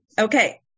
Okay